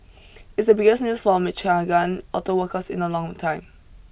it's the biggest news for Michigan auto workers in a long time